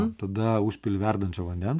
tada užpili verdančio vandens